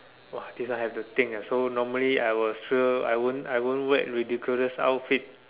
!wah! this one have to think ah so normally I will sure I won't I won't wear ridiculous outfit